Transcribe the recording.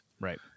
Right